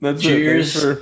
Cheers